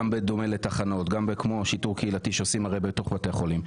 כמו שיטור קהילתי שעושים בבתי חולים,